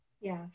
Yes